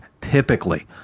typically